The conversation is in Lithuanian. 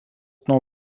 nuo